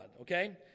Okay